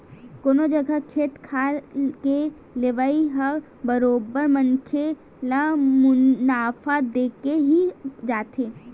कोनो जघा खेत खार के लेवई ह बरोबर मनखे ल मुनाफा देके ही जाथे